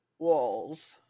walls